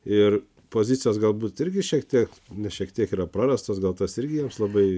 ir pozicijos galbūt irgi šiek tiek ne šiek tiek yra prarastas dėl tas irgi jiems labai